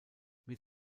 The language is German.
mit